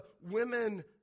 women